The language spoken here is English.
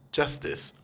justice